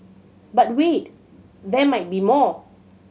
but wait there might be more